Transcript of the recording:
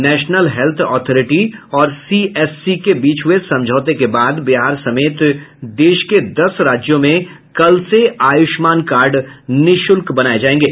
national health authority और CSC के बीच हुये समझौते के बाद बिहार समेत देश के दस राज्यों में कल से आयुष्मान कार्ड निःशुल्क बनाये जायेंगे